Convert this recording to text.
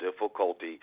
difficulty